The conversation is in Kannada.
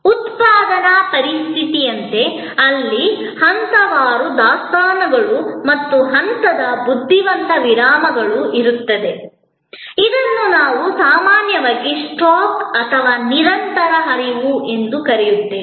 ಉತ್ಪಾದನಾ ಪರಿಸ್ಥಿತಿಯಂತೆ ಅಲ್ಲಿ ಹಂತವಾರು ದಾಸ್ತಾನುಗಳು ಮತ್ತು ಹಂತದ ಬುದ್ಧಿವಂತ ವಿರಾಮಗಳು ಇರಬಹುದು ಇದನ್ನು ನಾವು ಸಾಮಾನ್ಯವಾಗಿ ಸ್ಟಾಕ್ ಮತ್ತು ನಿರಂತರ ಹರಿವು ಎಂದು ಕರೆಯುತ್ತೇವೆ